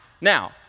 now